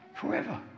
forever